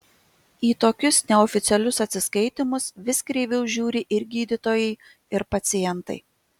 į tokius neoficialius atsiskaitymus vis kreiviau žiūri ir gydytojai ir pacientai